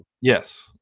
Yes